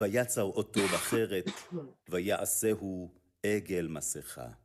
ויצר אותו בחרט, ויעשהו עגל מסכה.